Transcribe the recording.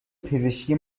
پزشکی